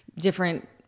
different